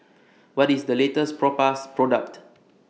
What IS The latest Propass Product